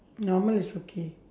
normal is okay